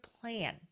plan